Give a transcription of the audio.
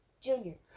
junior